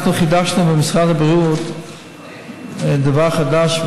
אנחנו חידשנו במשרד הבריאות דבר חדש,